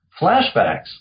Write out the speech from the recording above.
flashbacks